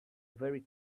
very